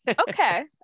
Okay